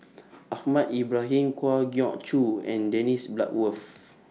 Ahmad Ibrahim Kwa Geok Choo and Dennis Bloodworth